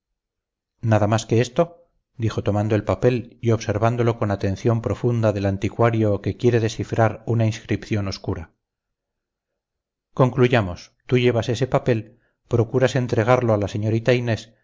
nada más que esto dijo tomando el papel y observándolo con la atención profunda del anticuario que quiere descifrar una inscripción oscura concluyamos tú llevas ese papel procuras entregarlo a la señorita inés